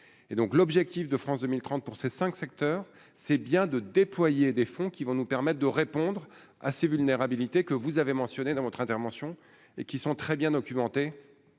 l'objectif de France 2030 pour ces 5 secteurs, c'est bien de déployer des fonds qui vont nous permettent de répondre à ces vulnérabilités que vous avez mentionné dans votre intervention, et qui sont très bien documentés